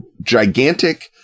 gigantic